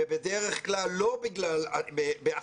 ובדרך כלל לא באחריותם